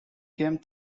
came